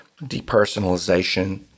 depersonalization